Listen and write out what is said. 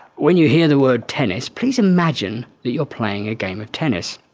when you hear the word tennis please imagine that you're playing a game of tennis.